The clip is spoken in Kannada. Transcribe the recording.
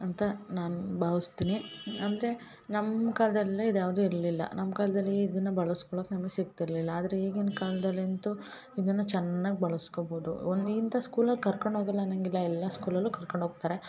ಅಂತ ನಾನು ಭಾವಸ್ತೀನಿ ಅಂದರೆ ನಮ್ಮ ಕಾಲ್ದಲ್ಲಿ ಎಲ್ಲ ಇದ್ಯಾವುದು ಇರಲಿಲ್ಲ ನಮ್ಮ ಕಾಲ್ದಲ್ಲಿ ಇದನ್ನ ಬಳಸ್ಕೊಳಕ್ಕೆ ನಮಗೆ ಸಿಕ್ತಿರಲಿಲ್ಲ ಆದರೆ ಈಗಿನ ಕಾಲ್ದಲ್ಲಿ ಅಂತು ಇದನ್ನ ಚೆನ್ನಾಗಿ ಬಳಸ್ಕಬೌದು ಒಂದು ಇಂಥ ಸ್ಕೂಲಲ್ಲಿ ಕರ್ಕೊಂಡೋಗಲ್ಲ ಅನ್ನಂಗಿಲ್ಲ ಎಲ್ಲಾ ಸ್ಕೂಲಲ್ಲೂ ಕರ್ಕೊಂಡೋಗ್ತಾರೆ